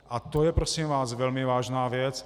A to je, prosím vás, velmi vážná věc.